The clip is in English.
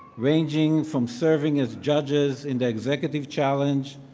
ranging from serving as judges in the executive challenge,